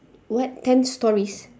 what tell stories